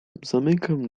zamykam